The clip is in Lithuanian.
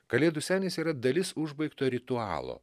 kalėdų senis yra dalis užbaigto ritualo